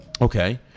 okay